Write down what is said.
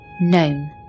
known